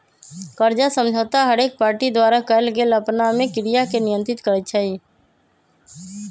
कर्जा समझौता हरेक पार्टी द्वारा कएल गेल आपनामे क्रिया के नियंत्रित करई छै